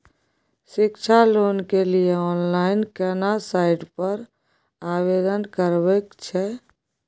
शिक्षा लोन के लिए ऑनलाइन केना साइट पर आवेदन करबैक छै?